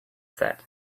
said